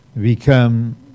become